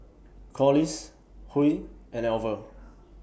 Collis Huy and Alver